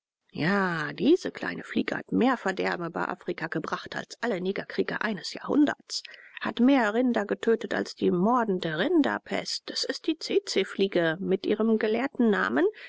ja diese kleine fliege hat mehr verderben über afrika gebracht als alle negerkriege eines jahrhunderts hat mehr rinder getötet als die mordende rinderpest es ist die tsetsefliege mit ihrem gelehrten namen